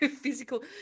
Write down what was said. Physical